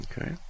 Okay